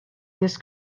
this